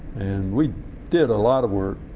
and we did a lot of work